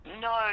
no